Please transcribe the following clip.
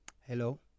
hello